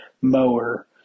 Mower